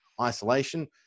isolation